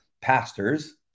pastors